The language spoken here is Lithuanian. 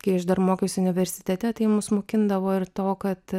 kai aš dar mokiausi universitete tai mus mokindavo ir to kad